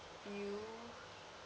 you